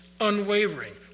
unwavering